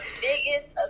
biggest